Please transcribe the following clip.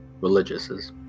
religiouses